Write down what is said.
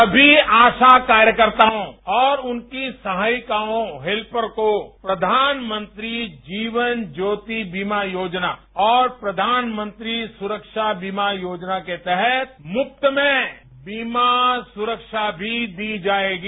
सभी आशा कार्यकर्ताओं और उनकी सहायिकाओं हेल्यर को प्रधानमंत्री जीवन ज्योति बीमा योजना और प्रधानमंत्री सुरक्षा बीमा योजना के तहत मुफ्त में बीमा सुरक्षा भी दी जाएगी